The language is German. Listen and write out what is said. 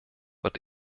wird